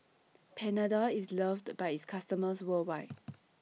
Panadol IS loved By its customers worldwide